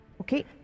Okay